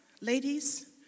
ladies